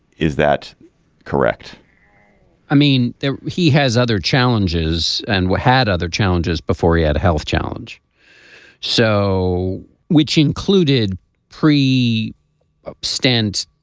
is that correct i mean he has other challenges and we had other challenges before he had a health challenge so which included pre ah stand